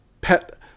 Pet